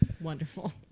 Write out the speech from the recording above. Wonderful